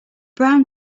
brown